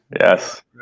Yes